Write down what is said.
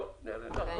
אם לא, נחזור.